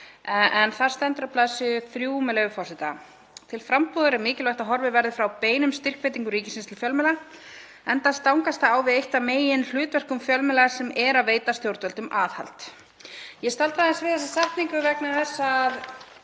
Þar stendur á blaðsíðu 3, með leyfi forseta: „Til frambúðar er mikilvægt að horfið verði frá beinum styrkveitingum ríkisins til fjölmiðla enda stangast það á við eitt af meginhlutverkum fjölmiðla sem er að veita stjórnvöldum aðhald.“ Ég staldra aðeins við þessa setningu vegna þess að